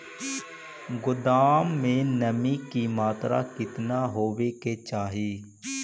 गोदाम मे नमी की मात्रा कितना होबे के चाही?